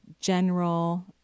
general